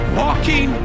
walking